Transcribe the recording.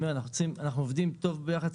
אנחנו עובדים טוב ביחד,